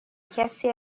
کسی